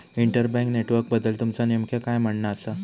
inter bank नेटवर्कबद्दल तुमचा नेमक्या काय म्हणना आसा